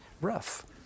rough